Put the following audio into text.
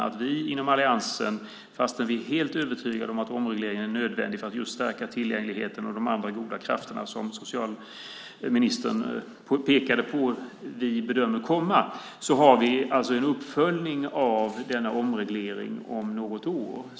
Fastän vi inom alliansen är helt övertygade om att omregleringen är nödvändig för att stärka tillgängligheten och de andra goda krafterna, som socialministern pekade på att vi bedömer komma, gör vi en uppföljning av denna omreglering om något år.